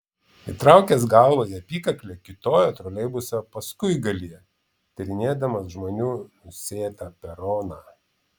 įtraukęs galvą į apykaklę kiūtojo troleibuso paskuigalyje tyrinėdamas žmonių nusėtą peroną